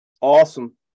Awesome